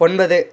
ஒன்பது